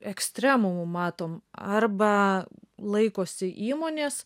ekstremumų matom arba laikosi įmonės